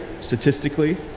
statistically